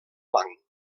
blanc